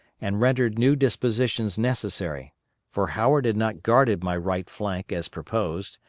and rendered new dispositions necessary for howard had not guarded my right flank as proposed,